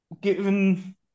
given